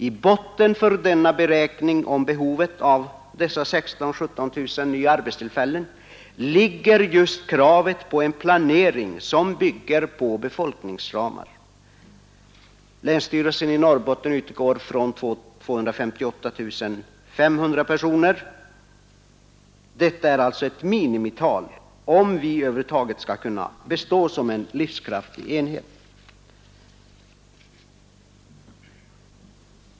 I botten för denna beräkning om behovet av dessa 16 000-17 000 nya arbetstillfällen ligger just kravet på en planering som bygger på befolkningsramar. Länsstyrelsen i Norrbotten utgår från 258 500 personer, som är ett minimital om länet över huvud taget skall kunna bestå som en livskraftig enhet.